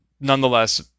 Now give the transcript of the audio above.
nonetheless